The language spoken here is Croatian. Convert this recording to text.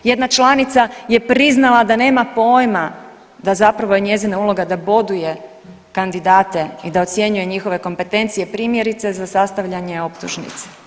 Jedna članica je priznala da nema pojma da zapravo je njezina uloga da boduje kandidate i da ocjenjuje njihove kompetencije, primjerice, za sastavljanje optužnice.